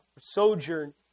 Sojourn